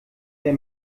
der